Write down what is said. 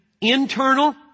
internal